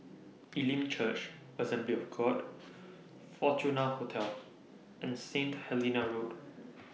Elim Church Assembly of God Fortuna Hotel and Saint Helena Road